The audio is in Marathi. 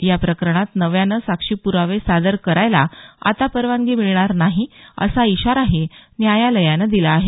या प्रकरणात नव्यानं साक्षीपूरावे सादर करायला आता परवानगी मिळणार नाही असा इशाराही न्यायालयानं दिला आहे